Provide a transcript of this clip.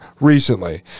recently